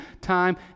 time